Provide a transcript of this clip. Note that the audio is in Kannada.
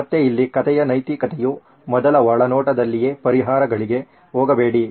ಮತ್ತೆ ಇಲ್ಲಿ ಕಥೆಯ ನೈತಿಕತೆಯು ಮೊದಲ ಒಳನೋಟದಲ್ಲಿಯೇ ಪರಿಹಾರಗಳಿಗೆ ಹೋಗಬೇಡಿ